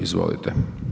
Izvolite.